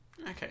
Okay